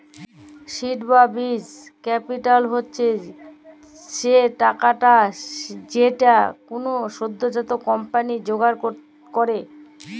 seed বা বীজ capital হচ্ছ সে টাকাটা যেইটা কোলো সদ্যজাত কম্পানি জোগাড় করেক